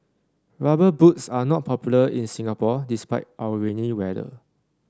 rubber boots are not popular in Singapore despite our rainy weather